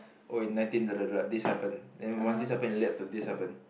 oh in nineteen this happen then once this happen it lead up to this happen